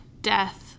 death